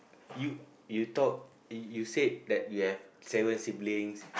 you you talk you you said that you have seven siblings